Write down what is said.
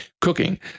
cooking